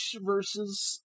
versus